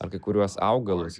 ar kai kuriuos augalus